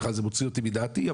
זה מוציא אותי מדעתי.